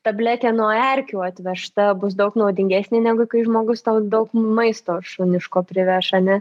tabletė nuo erkių atvežta bus daug naudingesnė negu kai žmogus tau daug maisto šuniško priveš ane